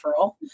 referral